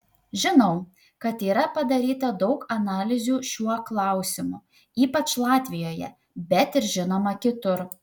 žinau kad yra padaryta daug analizių šiuo klausimu ypač latvijoje bet ir žinoma kitur